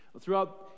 throughout